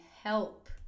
help